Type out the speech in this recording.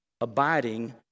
abiding